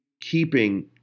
keeping